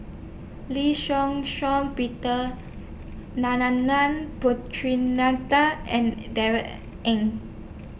Lee Shih Shiong Peter Narana Putumaippittan and Darrell Ang